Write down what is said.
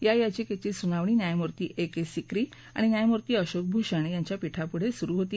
या याचिकेची सुनावणी न्यायमूर्ती ए के सिक्री आणि न्यायमूर्ती अशोक भूषण यांच्या पीठापुढं सुरु होती